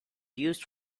used